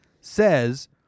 says